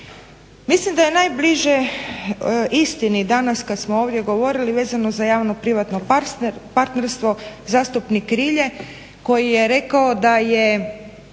Mislim da je najbliže istini danas kad smo ovdje govorili vezano za javno-privatno partnerstvo zastupnik Rilje koji je rekao da se